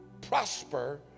prosper